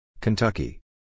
Kentucky